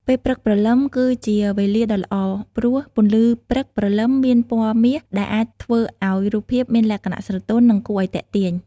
ពេលព្រឹកព្រលឹមគឺជាវេលាដ៏ល្អព្រោះ ពន្លឺព្រឹកព្រលឹមមានពណ៌មាស ដែលអាចធ្វើឲ្យរូបភាពមានលក្ខណៈស្រទន់ និងគួរឲ្យទាក់ទាញ។